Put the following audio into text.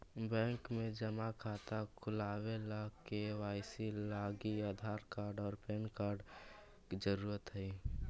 bank में जमा खाता खुलावे ला के.वाइ.सी लागी आधार कार्ड और पैन कार्ड ज़रूरी हई